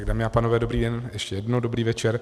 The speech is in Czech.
Dámy a pánové, dobrý den, ještě jednou dobrý večer.